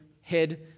head